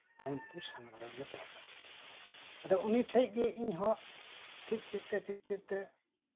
ᱟᱦᱚᱢᱮᱫᱱᱯᱩᱨ ᱥᱟᱣᱲᱟ ᱨᱮᱱᱮ ᱛᱟᱸᱦᱮ ᱠᱟᱱᱟ ᱟᱫᱚ ᱩᱱᱤ ᱴᱭᱤ ᱴᱷᱮᱡ ᱜᱮ ᱤᱧᱦᱚᱸ ᱪᱮᱫ ᱪᱮᱫᱛᱮ